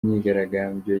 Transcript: myigaragambyo